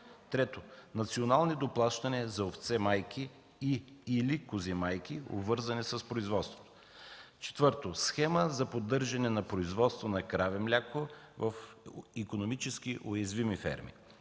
3. национални доплащания за овце-майки и/или кози-майки, обвързани с производството; 4. схема за поддържане на производство на краве мляко в икономически уязвими ферми;